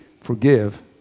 forgive